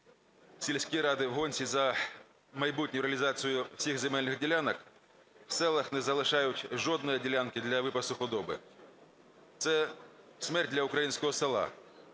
сільські ради в гонці за майбутню реалізацію усіх земельних ділянок, у селах не залишають жодної ділянки для випасу худоби. Це смерть для українського села.